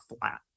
flat